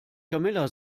camilla